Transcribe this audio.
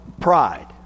pride